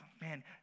man